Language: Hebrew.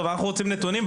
אנחנו רוצים נתונים,